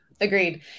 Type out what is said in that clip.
Agreed